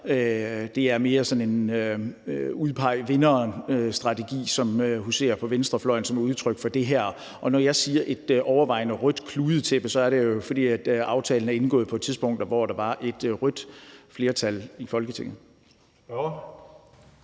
udtryk for sådan en udpeg vinderen-strategi, som huserer på venstrefløjen, og når jeg siger, at det er »et overvejende rødt kludetæppe«, så er det, fordi aftalen er indgået på et tidspunkt, hvor der var et rødt flertal i Folketinget.